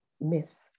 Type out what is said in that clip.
myth